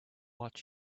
what